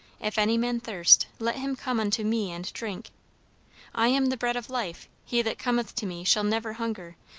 if any man thirst, let him come unto me and drink i am the bread of life he that cometh to me shall never hunger,